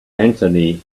anthony